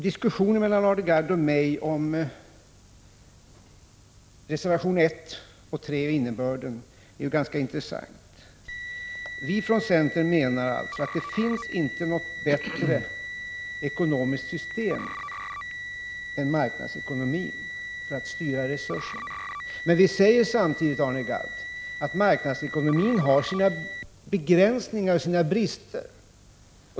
Diskussionen mellan Arne Gadd och mig om innebörden i reservationerna 1 och 3 är ganska intressant. Vi från centern menar att det inte finns något bättre ekonomiskt system än marknadsekonomin för att styra resurserna. Men vi säger samtidigt, Arne Gadd, att marknadsekonomin har sina begränsningar och sina brister.